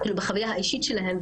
בחוויה האישית שלהן,